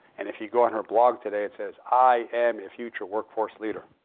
and if you go on her blog today, it says i am a future workforce leader.